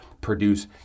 produce